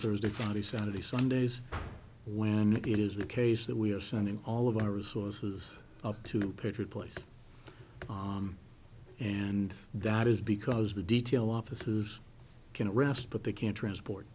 thursday friday saturday sunday is when it is the case that we are sending all of our resources to patriot place and that is because the detail offices can rest but they can't transport